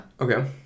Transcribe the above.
Okay